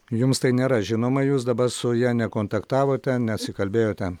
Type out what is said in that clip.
jums tai nėra žinoma jūs dabar su ja nekontaktavote nesikalbėjote